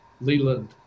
Leland